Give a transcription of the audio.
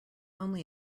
only